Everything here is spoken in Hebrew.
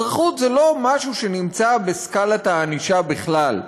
אזרחות זה לא משהו שנמצא בסקאלת הענישה בכלל.